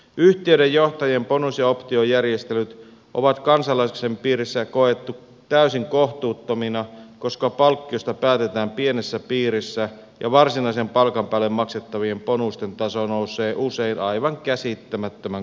yhtiöiden johtajien bonus ja optiojärjestelyt on kansalaisten piirissä koettu täysin kohtuuttomina koska palkkioista päätetään pienessä piirissä ja varsinaisen palkan päälle maksettavien bonusten taso nousee usein aivan käsittämättömän korkealle tasolle